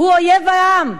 הוא אויב העם,